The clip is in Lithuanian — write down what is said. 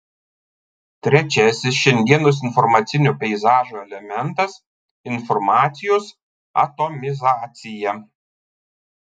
trečiasis šiandienos informacinio peizažo elementas informacijos atomizacija